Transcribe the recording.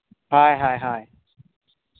ᱦᱳᱭ ᱦᱳᱭ